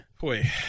Boy